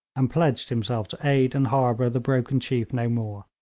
and pledged himself to aid and harbour the broken chief no more.